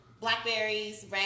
Blackberries